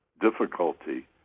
difficulty